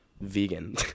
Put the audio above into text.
vegan